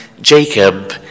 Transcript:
Jacob